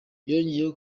yongeyeho